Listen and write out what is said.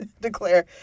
declare